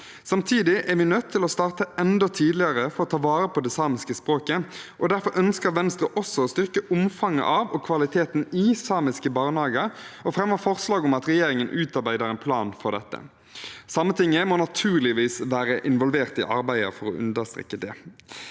Samtidig er vi nødt til å starte enda tidligere for å ta vare på det samiske språket, og derfor ønsker Venstre også å styrke omfanget av og kvaliteten i samiske barnehager og fremmer forslag om at regjeringen utarbeider en plan for dette. Sametinget må naturligvis være involvert i arbeidet – for å understreke det.